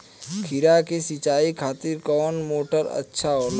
खीरा के सिचाई खातिर कौन मोटर अच्छा होला?